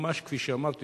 ממש כפי שאמרתי,